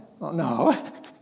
No